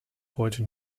heute